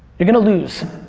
you're gonna lose.